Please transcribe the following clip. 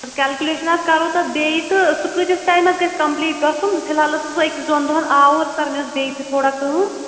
calculation حظ کَرو تَتھ بیٚیہِ تہٕ سُہ کۭتِس ٹایِمس گَژھہِ کَمپٕلیٖٹ گَژھُن فِی الحال ٲسٕس بہٕ أکِس دۄن دۄہن آوٗر سَر مےٚ ٲس بٚییہِ تہِ تھوڑا کٲم